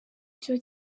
cyo